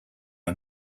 are